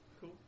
Cool